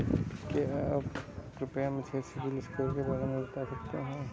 क्या आप कृपया मुझे सिबिल स्कोर के बारे में बता सकते हैं?